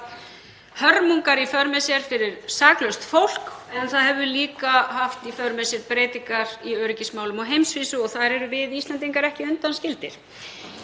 hörmungar í för með sér fyrir saklaust fólk en það hefur líka haft í för með sér breytingar í öryggismálum á heimsvísu og þar erum við Íslendingar ekki undanskildir.